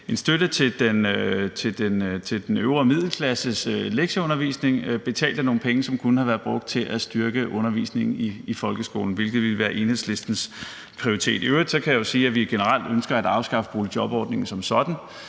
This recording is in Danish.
en støtte til den øvre middelklasses lektieundervisning betalt med nogle penge, som kunne have været brugt til at understøtte undervisningen i folkeskolen, hvilket ville have været Enhedslistens prioritet. I øvrigt kan jeg jo sige, at vi generelt ønsker at afskaffe boligjobordningen som sådan.